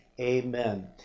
Amen